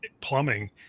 plumbing